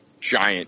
giant